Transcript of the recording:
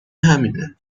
همینه